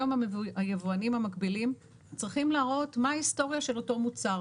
היום היבואנים המקבילים צריכים להראות מה ההיסטוריה של אותו מוצר.